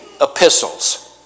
epistles